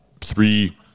three